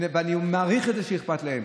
ואני מעריך את זה שאכפת להם.